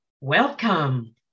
Welcome